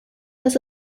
das